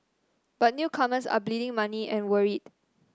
but newcomers are bleeding money and worried